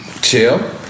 Chill